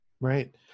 Right